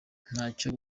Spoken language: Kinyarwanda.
ntacyo